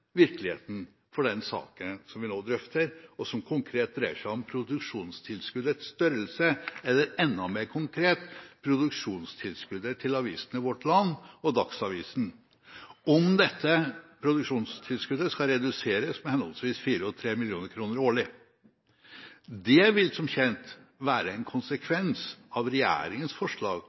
virkeligheten for den saken som vi nå drøfter, og som konkret dreier seg om produksjonstilskuddets størrelse, eller om – enda mer konkret – produksjonstilskuddet til avisene Vårt Land og Dagsavisen skal reduseres med henholdsvis med 4 mill. kr og 3 mill. kr årlig. Det vil, som kjent, være en konsekvens av regjeringens forslag